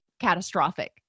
catastrophic